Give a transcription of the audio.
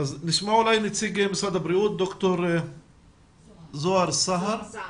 נשמע אולי את נציג משרד הבריאות, ד"ר זהר סהר.